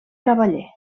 cavaller